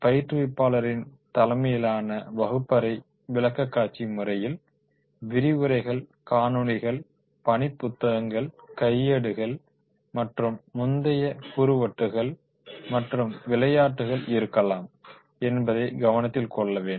பயிற்றுவிப்பாளரின் தலைமையிலான வகுப்பறை விளக்க காட்சி முறையில் விரிவுரைகள் காணொளிகள் பணி புத்தகங்கள் கையேடுகள் மற்றும் முந்தைய குறுவட்டுகள் மற்றும் விளையாட்டுகள் இருக்கலாம் என்பதை கவனத்தில் கொள்ள வேண்டும்